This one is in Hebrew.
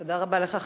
תודה רבה לך,